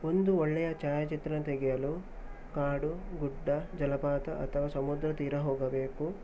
ಒಂದು ಒಳ್ಳೆಯ ಛಾಯಾಚಿತ್ರನ ತೆಗೆಯಲು ಕಾಡು ಗುಡ್ಡ ಜಲಪಾತ ಅಥವಾ ಸಮುದ್ರ ತೀರ ಹೋಗಬೇಕು